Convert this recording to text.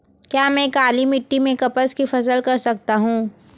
क्या मैं काली मिट्टी में कपास की फसल कर सकता हूँ?